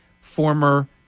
former